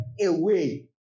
away